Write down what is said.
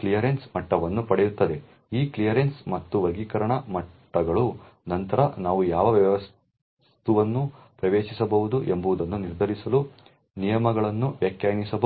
clearance ಮಟ್ಟವನ್ನು ಪಡೆಯುತ್ತದೆ ಈ ಕ್ಲಿಯರೆನ್ಸ್ ಮತ್ತು ವರ್ಗೀಕರಣ ಮಟ್ಟಗಳು ನಂತರ ನಾವು ಯಾವ ವಸ್ತುವನ್ನು ಪ್ರವೇಶಿಸಬಹುದು ಎಂಬುದನ್ನು ನಿರ್ಧರಿಸಲು ನಿಯಮಗಳನ್ನು ವ್ಯಾಖ್ಯಾನಿಸಬಹುದು